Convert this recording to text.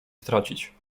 stracić